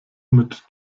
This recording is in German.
mit